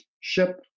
ship